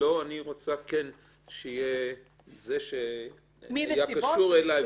רוצה שיבוא זה שהיה קשור אלי,